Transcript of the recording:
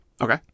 Okay